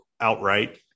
outright